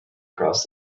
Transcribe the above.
cross